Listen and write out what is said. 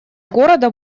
города